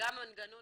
וגם מנגנון